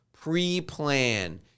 Pre-plan